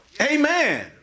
Amen